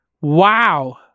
wow